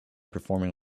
performing